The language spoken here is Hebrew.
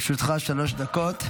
לרשותך שלוש דקות.